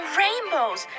rainbows